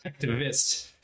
activist